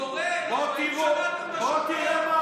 תודה רבה.